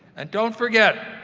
and don't forget,